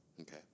okay